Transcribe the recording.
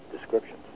descriptions